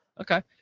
Okay